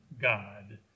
God